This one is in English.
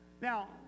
Now